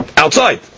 outside